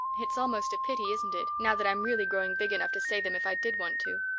it's almost a pity, isn't it, now that i'm really growing big enough to say them if i did want to.